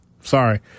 Sorry